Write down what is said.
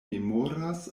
memoras